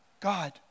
God